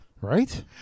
Right